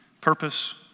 purpose